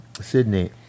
Sydney